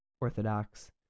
Orthodox